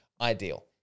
Ideal